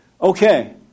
Okay